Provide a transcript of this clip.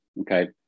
Okay